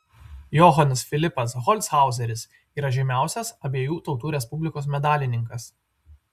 johanas filipas holchauseris yra žymiausias abiejų tautų respublikos medalininkas